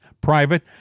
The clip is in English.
private